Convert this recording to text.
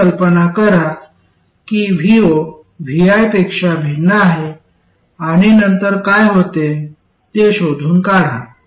प्रथम कल्पना करा की vo vi पेक्षा भिन्न आहे आणि नंतर काय होते ते शोधून काढा